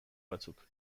batzuk